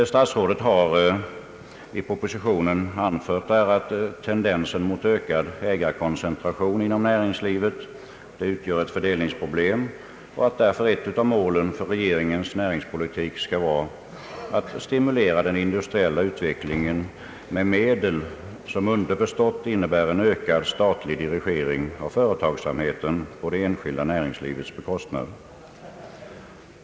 Statsrådet har i propositionen anfört att tendensen mot ökad ägarkoncentration inom näringslivet utgör ett fördelningsproblem och att därför ett av målen för regeringens näringspolitik skall vara att stimulera den industriella utvecklingen med medel, som underförstått innebär ökad statlig dirigering av företagsamheten på det enskilda näringslivets bekostnad.